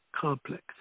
Complex